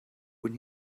when